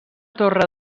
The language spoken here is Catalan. torre